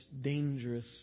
dangerous